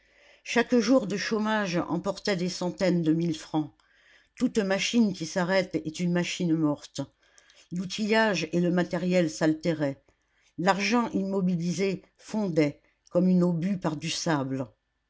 chaque jour de chômage emportait des centaines de mille francs toute machine qui s'arrête est une machine morte l'outillage et le matériel s'altéraient l'argent immobilisé fondait comme une eau bue par du sable